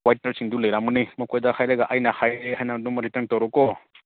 ꯋꯥꯏꯠꯅꯔꯁꯤꯡꯗꯨ ꯂꯩꯔꯝꯒꯅꯤ ꯃꯈꯣꯏꯗ ꯍꯥꯏꯔꯒ ꯑꯩꯅ ꯍꯥꯏꯔꯛꯑꯦ ꯍꯥꯏꯅ ꯑꯗꯨꯝ ꯔꯤꯇꯔꯟ ꯇꯧꯔꯣꯀꯣ